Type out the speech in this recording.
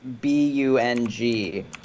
B-U-N-G